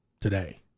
today